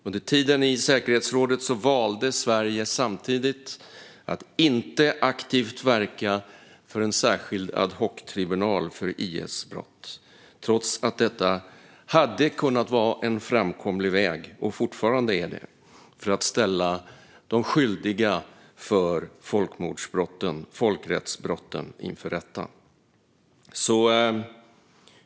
Under tiden i säkerhetsrådet valde Sverige samtidigt att inte aktivt verka för en särskild ad hoc-tribunal för IS brott, trots att detta hade kunnat vara en framkomlig väg och fortfarande är det för att ställa de skyldiga för folkrättsbrotten inför rätta.